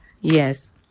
Yes